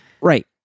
Right